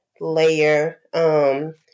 layer